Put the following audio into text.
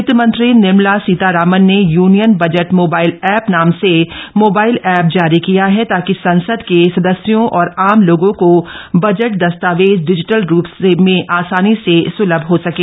वित्त मंत्री निर्मला सीतारामन ने यूनियन बजट मोबाइल ऐप नाम से मोबाइल ऐप जारी किया है ताकि ससंद के सदस्यों और आम लोगों को बजट दस्तावेज डिजिटल रूप में आसानी से स्लभ हो सकें